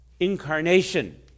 incarnation